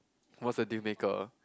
what's the deal maker